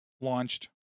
launched